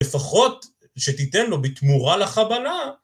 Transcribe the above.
לפחות שתיתן לו בתמורה לחבלה.